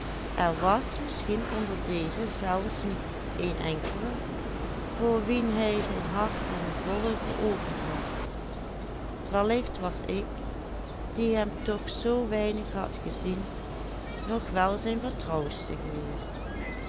hart ten volle geopend had wellicht was ik die hem toch zoo weinig had gezien nog wel zijn vertrouwdste geweest